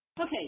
Okay